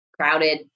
crowded